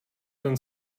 ten